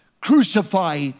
crucify